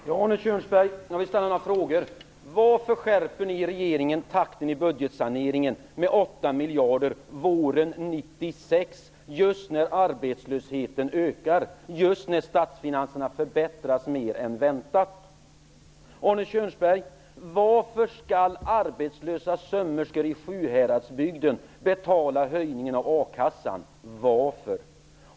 Fru talman! Jag vill ställa några frågor till Arne Kjörnsberg. Varför skärper ni i regeringen takten i budgetsaneringen med 8 miljarder kronor våren 1996, just när arbetslösheten ökar och just när statsfinanserna förbättras mer än väntat? Arne Kjörnsberg, varför skall arbetslösa sömmerskor i Sjuhäradsbygden betala höjningen av a-kassan? Varför?